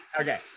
Okay